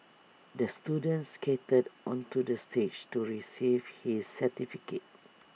the student skated onto the stage to receive his certificate